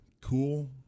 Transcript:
cool